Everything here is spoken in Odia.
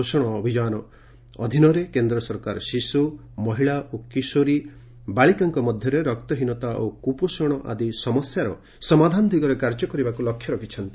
ପୋଷଣ ଅଭିଯାନ ଅଧୀନରେ କେନ୍ଦ୍ର ସରକାର ଶିଶୁ ମହିଳା ଓ କିଶୋରୀ ବାଳିକାଙ୍କ ମଧ୍ୟରେ ରକ୍ତହୀନତା ଓ କୁପୋଷଣ ଆଦି ସମସ୍ୟାର ସମାଧାନ ଦିଗରେ କାର୍ଯ୍ୟ କରିବାକୁ ଲକ୍ଷ୍ୟ ରଖିଛନ୍ତି